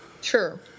Sure